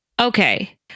okay